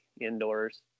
indoors